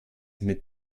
mit